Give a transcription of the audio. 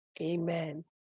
Amen